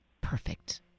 Perfect